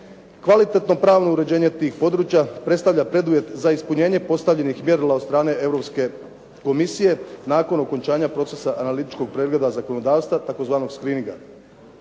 Kvalitetno pravno uređenje tih područja predstavlja preduvjet za ispunjenje postavljenih mjerila od strane Europske komisije nakon okončanja procesa analitičkog pregleda zakonodavstva, tzv. screeninga.